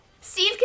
Steve